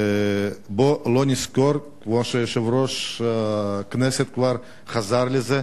בוא לא, נזכור, כמו שיושב-ראש הכנסת כבר חזר לזה,